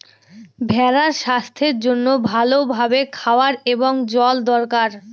ভেড়ার স্বাস্থ্যের জন্য ভালো ভাবে খাওয়ার এবং জল দরকার